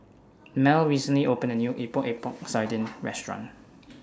Mell recently opened A New Epok Epok Sardin Restaurant